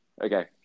Okay